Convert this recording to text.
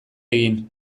egin